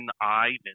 Ivan